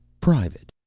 private.